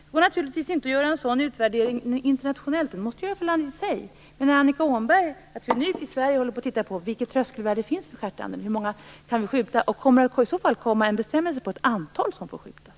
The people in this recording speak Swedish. Det går naturligtvis inte att göra en sådan utvärdering internationellt. Det måste göras varje land för sig. Menar Annika Åhnberg att vi nu i Sverige tittar på vilket tröskelvärdet är för stjärtanden och hur många vi kan skjuta? Kommer det i så fall en bestämmelse om ett antal som får skjutas?